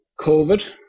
COVID